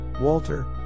Walter